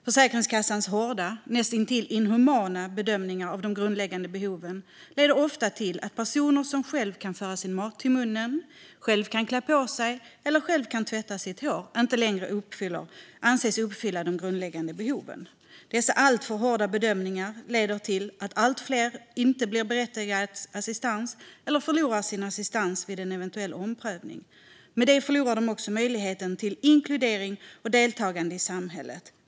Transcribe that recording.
"Försäkringskassans hårda, nästintill inhumana bedömningar av de grundläggande behoven, leder ofta till att personer som själva kan föra mat till munnen och som själva kan klä på sig eller tvätta sitt hår, inte anses uppfylla de grundläggande behoven." "Dessa alltför hårda bedömningar leder till att allt fler inte blir berättigade till assistans eller förlorar sin assistans vid omprövning. Med det förlorar de också möjligheterna till inkludering och deltagande i samhället.